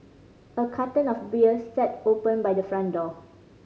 a carton of beer sat open by the front door